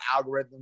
algorithms